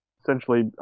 essentially